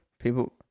People